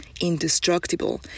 indestructible